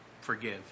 forgive